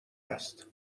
هست